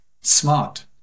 smart